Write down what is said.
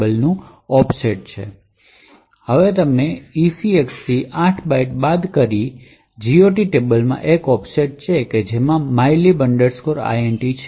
આગળ અમે ECX થી 8 બાઇટ્સ બાદ કરીએ છીએ જે GOT ટેબલમાં એક ઑફસેટ છે જેમાં mylib int